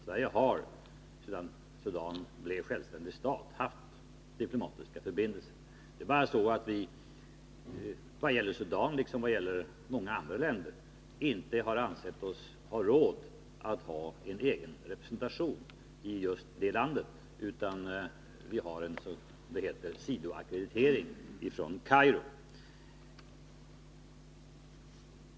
Sverige och Sudan har haft diplomatiska förbindelser sedan Sudan blev självständig stat. Det är bara så att vi vad gäller Sudan, liksom beträffande många andra länder, inte har ansett oss ha råd att ha en egen representation i just det landet. Vi har i stället ens.k. sidoackreditering från Kairo.